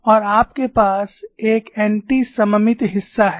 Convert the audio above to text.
और आपके पास एक एंटी सममित हिस्सा है